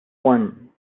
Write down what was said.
one